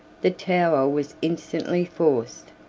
the tower was instantly forced,